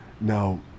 now